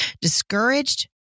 discouraged